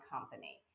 company